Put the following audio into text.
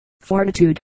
fortitude